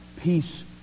Peace